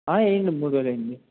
వేయండి మూడు వేలు వేయండి